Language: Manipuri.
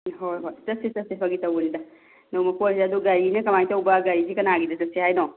ꯍꯣꯏ ꯍꯣꯏ ꯆꯠꯁꯦ ꯆꯠꯁꯦ ꯐꯥꯒꯤ ꯇꯧꯕꯅꯤꯗ ꯅꯣꯡꯃ ꯀꯣꯏꯁꯦ ꯑꯗꯣ ꯒꯥꯔꯤꯅ ꯀꯃꯥꯏꯅ ꯇꯧꯕ ꯒꯥꯔꯤꯁꯤ ꯀꯅꯥꯒꯤꯗ ꯆꯠꯁꯦ ꯍꯥꯏꯅꯣ